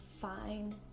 fine